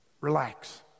Relax